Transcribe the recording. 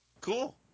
Cool